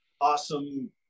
awesome